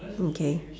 okay